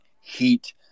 heat